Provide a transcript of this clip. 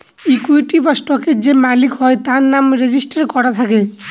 equity বা স্টকের যে মালিক হয় তার নাম রেজিস্টার করা থাকে